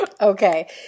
Okay